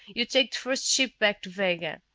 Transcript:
you'd take the first ship back to vega.